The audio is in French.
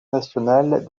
nationale